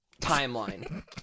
timeline